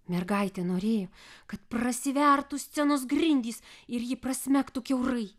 mergaitė norėjo kad prasivertų scenos grindys ir ji prasmegtų kiaurai